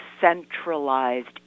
centralized